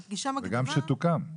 וגם שתוקם.